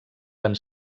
van